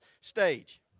stage